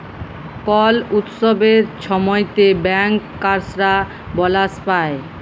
call উৎসবের ছময়তে ব্যাংকার্সরা বলাস পায়